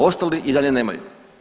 Ostali i dalje nemaju.